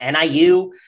NIU